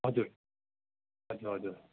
हजुर हजुर हजुर